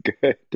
good